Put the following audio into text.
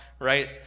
right